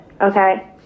okay